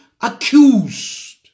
accused